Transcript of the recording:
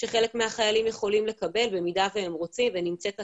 שחלק מהחיילים יכולים לקבל במידה והם רוצים ונמצאת התאמה,